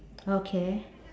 okay